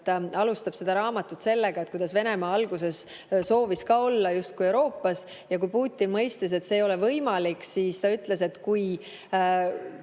et alustab raamatut sellega, kuidas Venemaa alguses soovis ka olla Euroopas, aga kui Putin mõistis, et see ei ole võimalik, siis ta ütles, et kui